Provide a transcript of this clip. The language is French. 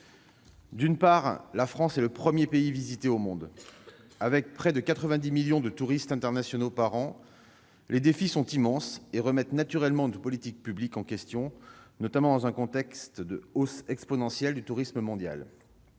D'une part, la France est le premier pays visité au monde. Avec près de 90 millions de touristes internationaux par an, les défis sont immenses et remettent naturellement nos politiques publiques en question, notamment dans un contexte de hausse exponentielle du tourisme mondial.